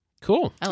Cool